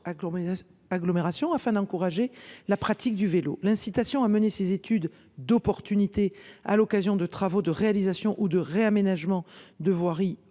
agglomération afin d’encourager la pratique du vélo. L’incitation à mener des études d’opportunité à l’occasion des travaux de réalisation ou de réaménagement de voirie